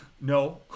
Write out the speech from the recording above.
no